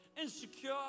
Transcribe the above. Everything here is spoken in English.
insecure